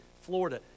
Florida